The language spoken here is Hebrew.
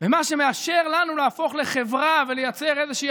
ומה שמאפשר לנו להפוך לחברה ולייצר איזושהי